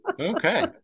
Okay